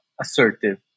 assertive